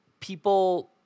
people